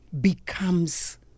becomes